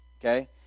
Okay